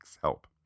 help